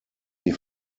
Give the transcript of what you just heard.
die